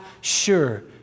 sure